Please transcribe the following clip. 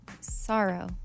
sorrow